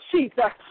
Jesus